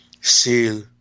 seal